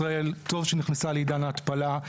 ישראל, טוב שנכנסה לעידן ההתפלה.